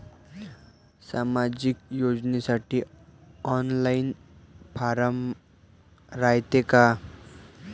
सामाजिक योजनेसाठी online form रायते का?